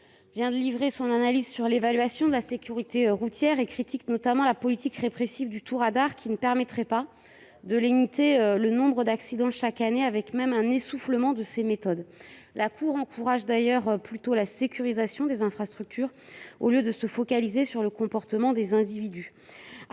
vient de livrer son analyse de la politique de sécurité routière. Elle critique notamment la politique répressive du tout-radar, qui ne permettrait pas de limiter le nombre d'accidents chaque année, constatant même un essoufflement de ces méthodes. La Cour encourage la sécurisation des infrastructures, au lieu de se focaliser sur le comportement des individus.